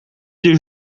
des